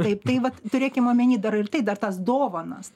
taip tai vat turėkim omeny dar ir tai dar tas dovanas